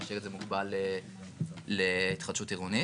האתרים ולא להשאיר את זה מוגבל להתחדשות עירונית,